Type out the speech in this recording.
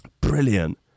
brilliant